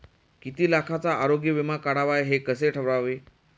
किती लाखाचा आरोग्य विमा काढावा हे कसे ठरवावे?